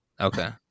Okay